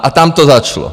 A tam to začalo.